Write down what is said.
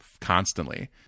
constantly